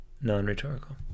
non-rhetorical